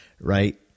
right